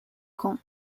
camp